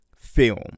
film